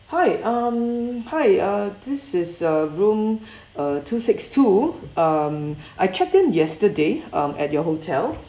hi um hi uh this is uh room uh two six two um I checked in yesterday um at your hotel